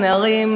נערים,